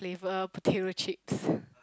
flavour potato chips